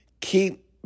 Keep